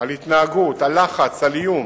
על התנהגות, על לחץ, על איום,